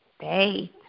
faith